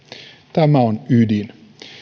tämä on ydin